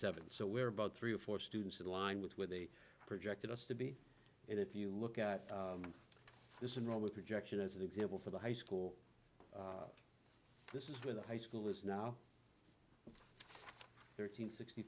seven so we're about three or four students in line with where they projected us to be and if you look at this in rome with projection as an example for the high school this is where the high school is now thirteenth sixty